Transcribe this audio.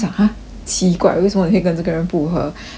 奇怪为什么你会跟这个人不合他就讲